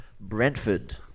Brentford